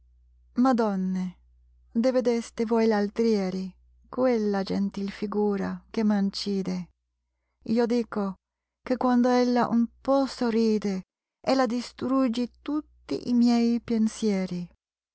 adonne deh vedeste voi v altr ieri quella gentil figura che m'ancide io dico che quand ella un po sorride ella distrugge tutti i miei pensieri